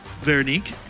Veronique